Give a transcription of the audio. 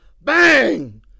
Bang